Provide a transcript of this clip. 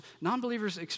Non-believers